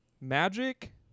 Magic